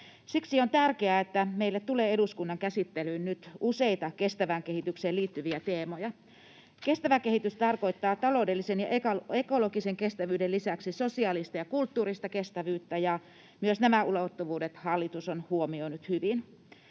Siksi on tärkeää, että meille tulee nyt eduskunnan käsittelyyn useita kestävään kehitykseen liittyviä teemoja. Kestävä kehitys tarkoittaa taloudellisen ja ekologisen kestävyyden lisäksi sosiaalista ja kulttuurista kestävyyttä, ja myös nämä ulottuvuudet hallitus on huomioinut hyvin.